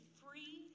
free